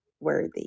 Worthy